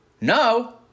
No